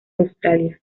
australia